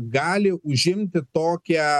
gali užimti tokią